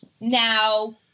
now